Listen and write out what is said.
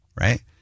right